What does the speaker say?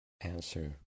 answer